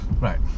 Right